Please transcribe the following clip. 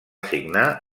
signar